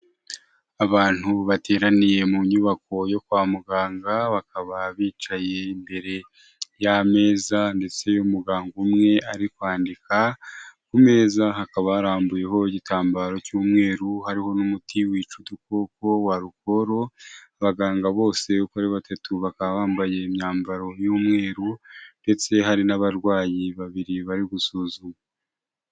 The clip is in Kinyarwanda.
Abantu bateraniye mu nyubako yo kwa muganga bakaba bicaye imbere y'ameza ndetse umuganga umwe ari kwandika ku meza hakaba harambuyeho igitambaro cy'umweru hariho n'umuti wica udukoko wa arukoro, abaganga bose uko ari batatu bakaba bambaye imyambaro y'umweru ndetse hari n'abarwayi babiri bari gusuzumwa.